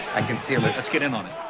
i can feel it. let's get in on it